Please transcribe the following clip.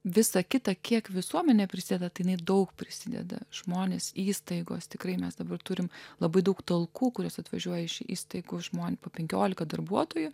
visą kitą kiek visuomenė prisideda tai daug prisideda žmonės įstaigos tikrai mes dabar turime labai daug talkų kurios atvažiuoja iš įstaigų žmonių po penkiolika darbuotojų